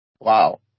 Wow